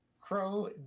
Crow